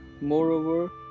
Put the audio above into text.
moreover